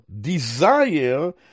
desire